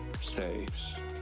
saves